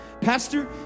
Pastor